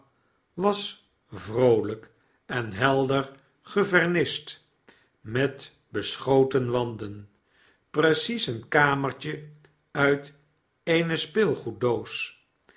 was vroolijk en helder gevernist met beschoten wanden precies eenkamertje uit eene speelgoeddoos